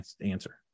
answer